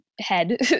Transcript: head